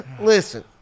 listen